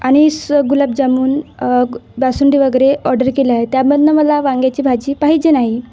आणि स गुलाबजामून बासुंदी वगैरे ऑर्डर केलं आहे त्यामधनं मला वांग्याची भाजी पाहिजे नाही